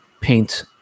paint